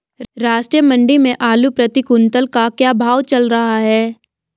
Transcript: राष्ट्रीय मंडी में आलू प्रति कुन्तल का क्या भाव चल रहा है?